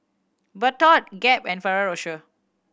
Bardot Gap and Ferrero Rocher